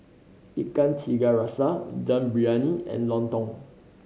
Ikan Tiga Rasa Dum Briyani and lontong